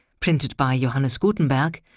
printed by johannes gutenberg,